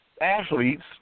athletes